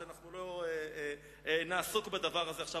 אנחנו לא נעסוק בדבר הזה עכשיו,